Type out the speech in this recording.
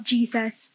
Jesus